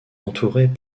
entourée